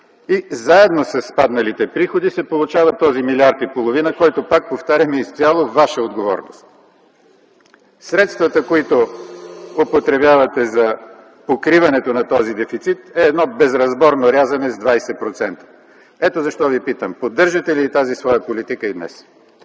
и заедно с падналите приходи се получава този 1,5 млрд. лв., което, пак повтарям, е изцяло Ваша отговорност! Средствата, които употребявате за покриване на този дефицит, са безразборно рязане с 20%. Ето защо Ви питам: поддържате ли тази своя политика и днес?